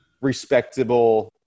respectable